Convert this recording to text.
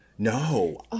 No